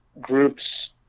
groups